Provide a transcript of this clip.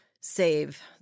save